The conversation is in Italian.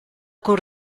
con